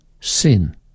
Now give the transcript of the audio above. Sin